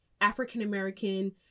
African-American